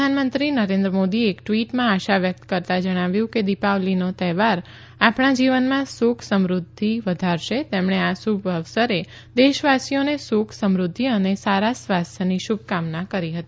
પ્રધાનમંત્રી નરેન્દ્ર મોદીએ એક ટ્વીટમાં આશા વ્યક્ત કરતાં જણાવ્યું છે કે દીપાવલીનો તહેવાર આપણા જીવનમાં સુખ અને સમૃદ્ધિ વધારશે તેમણે આ શુભ અવસરે દેશવાસીઓને સુખ સમૃદ્ધિ અને સારા સ્વાસ્થ્યની શુભકામના કરી છે